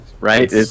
Right